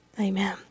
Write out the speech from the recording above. Amen